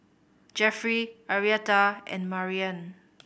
Jeffery Arietta and Mariann